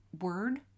word